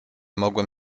mogłem